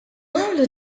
għamlu